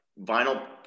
vinyl